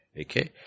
okay